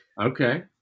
okay